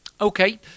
Okay